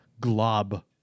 glob